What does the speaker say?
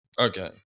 Okay